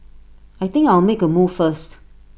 I think I'll make A move first